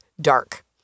dark